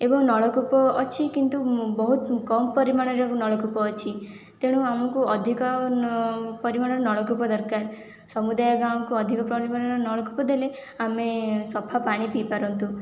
ଏବଂ ନଳକୂପ ଅଛି କିନ୍ତୁ ବହୁତ କମ୍ ପରିମାଣରେ ନଳକୂପ ଅଛି ତେଣୁ ଆମକୁ ଅଧିକ ପରିମାଣର ନଳକୂପ ଦରକାର ସମୁଦାୟ ଗାଁକୁ ଅଧିକ ପରିମାଣର ନଳକୂପ ଦେଲେ ଆମେ ସଫା ପାଣି ପିଇପାରନ୍ତୁ